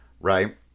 right